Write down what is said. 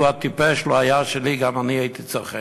אילו הטיפש לא היה שלי גם אני הייתי צוחק.